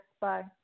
Bye